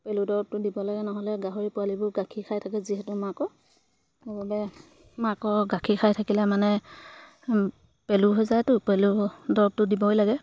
পেলু দৰৱটো দিব লাগে নহ'লে গাহৰি পোৱালিবোৰ গাখীৰ খাই থাকে যিহেতু মাকৰ সেইবাবে মাকৰ গাখীৰ খাই থাকিলে মানে পেলু হৈ যায়তো পেলু দৰৱটো দিবই লাগে